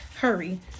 hurry